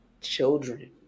children